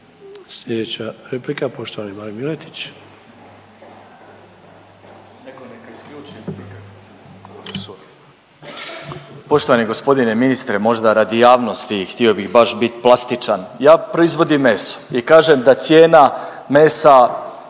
Sljedeća replika, poštovani Marin Miletić. **Miletić, Marin (MOST)** Poštovani gospodine ministre, možda radi javnosti htio bih baš biti plastičan. Ja proizvodim meso i kažem da cijena mesa